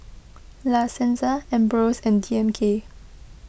La Senza Ambros and D M K